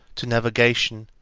to navigation,